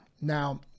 Now